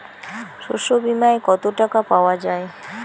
শস্য বিমায় কত টাকা পাওয়া যায়?